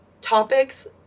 topics